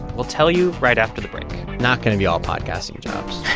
we'll tell you right after the break not going to be all podcasting jobs,